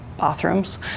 bathrooms